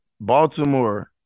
Baltimore